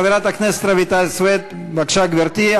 חברת הכנסת רויטל סויד, בבקשה, גברתי.